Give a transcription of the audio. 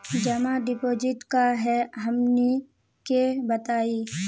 जमा डिपोजिट का हे हमनी के बताई?